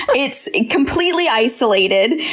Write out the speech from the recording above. it's completely isolated,